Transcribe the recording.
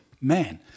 man